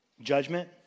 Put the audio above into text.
judgment